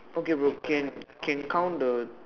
okay bro can can count the